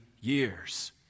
years